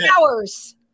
hours